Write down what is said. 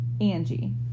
Angie